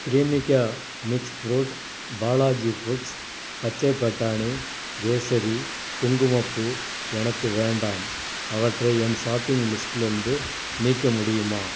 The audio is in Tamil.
Cremica mix fruit Balaji foods பச்சைப் பட்டாணி கேசரி குங்குமப்பூ எனக்கு வேண்டாம் அவற்றை என் ஷாப்பிங் லிஸ்ட்லேருந்து நீக்க முடியுமா